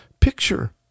Picture